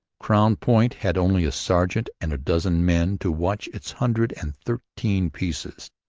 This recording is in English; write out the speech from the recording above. crown point had only a sergeant and a dozen men to watch its hundred and thirteen pieces.